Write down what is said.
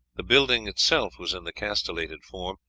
the building itself was in the castellated form,